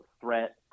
threat